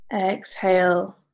Exhale